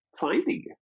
finding